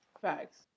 Facts